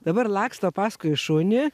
dabar laksto paskui šunį